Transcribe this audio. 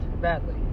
badly